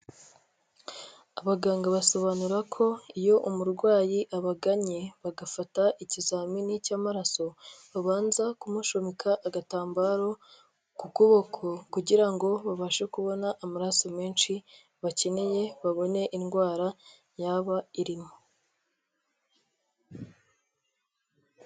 Abaganga basobanura ko iyo umurwayi abagannye, bagafata ikizamini cy'amaraso, babanza kumushumika agatambaro ku kuboko kugira ngo babashe kubona amaraso menshi bakeneye babone indwara yaba irimo.